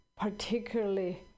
particularly